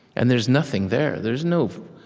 and there's nothing there. there's no